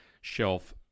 shelf